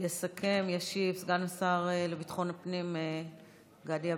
יסכם, ישיב, סגן השר לביטחון הפנים גדי יברקן,